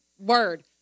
word